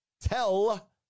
tell